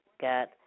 Got